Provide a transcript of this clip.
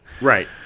Right